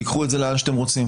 תיקחו את זה לאן שאתם רוצים